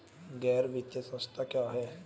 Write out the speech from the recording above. गैर वित्तीय संस्था क्या है?